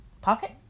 Pocket